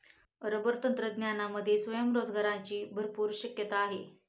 rubber तंत्रज्ञानामध्ये स्वयंरोजगाराची भरपूर शक्यता आहे